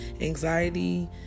anxiety